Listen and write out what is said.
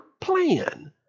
plan